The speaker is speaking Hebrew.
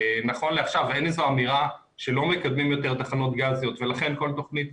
נכון לעכשיו אין איזו אמירה שלא מקדמים יותר תחנות גזיות ולכן כל תוכנית